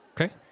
Okay